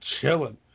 chilling